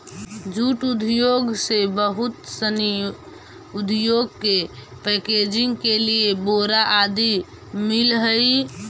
jute उद्योग से बहुत सनी उद्योग के पैकेजिंग के लिए बोरा आदि मिलऽ हइ